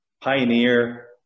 pioneer